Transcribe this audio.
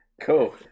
Cool